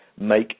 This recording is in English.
make